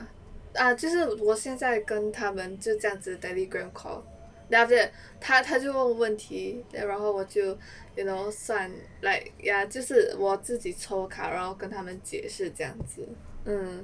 ah 就是我现在跟他们就这样子 telegram call then after that 他他就问问题 then 然后我就 you know 算 like ya 就是我自己抽卡然后跟他们解释这样子 mm